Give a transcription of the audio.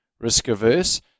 risk-averse